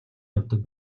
явдаг